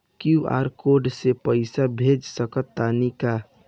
QR code से पईसा भेज सक तानी का?